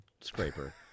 scraper